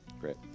Great